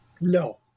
No